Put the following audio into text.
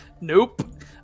Nope